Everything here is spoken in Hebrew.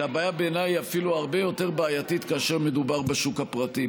אלא הבעיה בעיניי היא אפילו הרבה יותר בעייתית כאשר מדובר בשוק הפרטי.